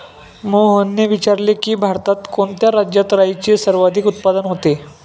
मोहनने विचारले की, भारतात कोणत्या राज्यात राईचे सर्वाधिक उत्पादन होते?